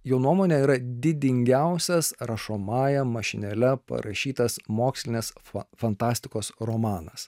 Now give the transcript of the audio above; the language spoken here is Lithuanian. jo nuomone yra didingiausias rašomąja mašinėle parašytas mokslinės fantastikos romanas